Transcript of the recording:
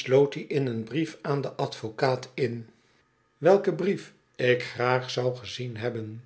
dien in een brief aan den advocaat in welken brief ik graag wou gezien hebben